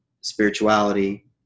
spirituality